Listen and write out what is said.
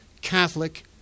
Catholic